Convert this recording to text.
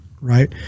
right